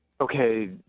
Okay